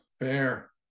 Fair